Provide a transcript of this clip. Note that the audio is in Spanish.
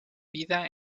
vida